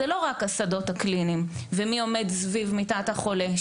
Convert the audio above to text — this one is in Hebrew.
אז זה לא רק השדות הקליניים ומי עומד סביב מיטת החולה.